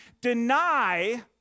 deny